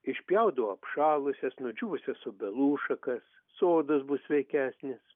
išpjaudavo apšalusias nudžiūvusias obelų šakas sodas bus sveikesnis